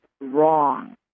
wrong